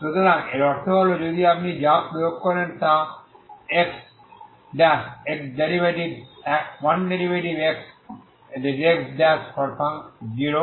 সুতরাং এর অর্থ হল যদি আপনি যা প্রয়োগ করেন তা X0Tt0